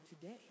today